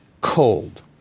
cold